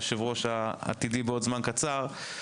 היושב-ראש העתידי בעוד זמן קצר.